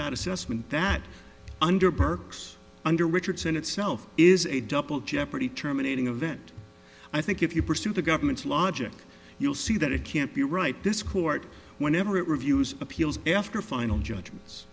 that assessment that under perks under richardson itself is a double jeopardy terminating a vent i think if you pursue the government's logic you'll see that it can't be right this court whenever it reviews appeals after final judgments